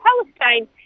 Palestine